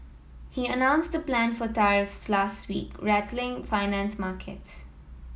he announced the plan for tariffs last week rattling finance markets